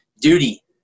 Duty